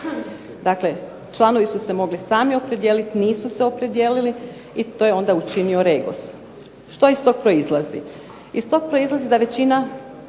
Dakle, članovi su se mogli sami opredijeliti. Nisu se opredijelili i to je onda učinio REGOS. Što iz tog proizlazi? Iz tog proizlazi da većina